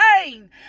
pain